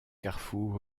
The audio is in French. carrefour